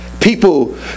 people